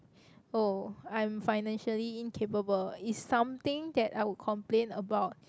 oh I am financially incapable it's something that I would complain about